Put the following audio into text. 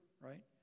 right